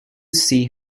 see